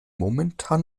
momentan